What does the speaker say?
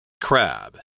Crab